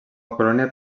colònia